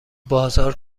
بازار